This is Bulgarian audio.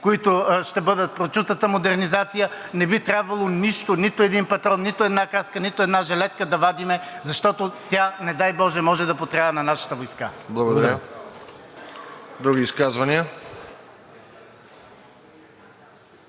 които ще бъдат, прочутата модернизация, не би трябвало нищо – нито един патрон, нито една каска, нито една жилетка да вадим, защото тя, не дай боже, може да потрябва на нашата войска. Благодаря. ПРЕДСЕДАТЕЛ